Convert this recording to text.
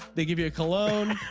they give you a cologne.